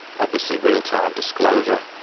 obviously real-time disclosure,